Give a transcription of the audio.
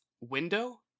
window